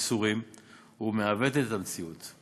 מסורים ומעוותות את המציאות.